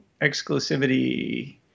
exclusivity